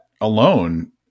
alone